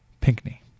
Pinckney